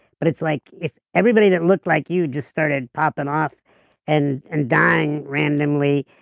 but it's like if everybody that looked like you just started popping off and and dying randomly,